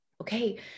okay